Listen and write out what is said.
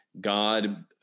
God